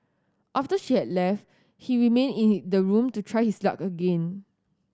after she had left he remained in his the room to try his luck again